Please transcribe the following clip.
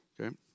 okay